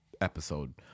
episode